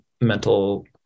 mental